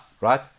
right